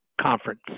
conference